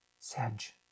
Sedge